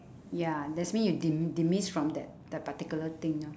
ya that's means you de~ demise from that that particular thing lor